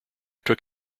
took